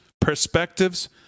perspectives